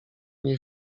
nie